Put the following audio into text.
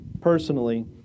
personally